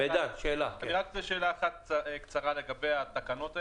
שאלה קצרה לגבי התקנות האלה,